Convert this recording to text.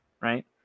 right